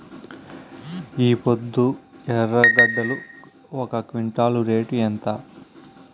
ఈపొద్దు ఎర్రగడ్డలు ఒక క్వింటాలు రేటు ఎంత?